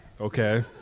okay